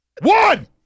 One